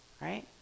right